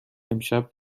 امشب